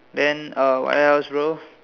then uh what else bro